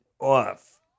off